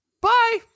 Bye